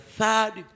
third